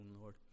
Lord